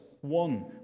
one